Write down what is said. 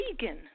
vegan